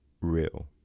real